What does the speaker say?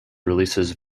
releases